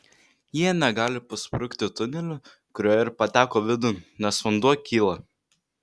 jie negali pasprukti tuneliu kuriuo ir pateko vidun nes vanduo kyla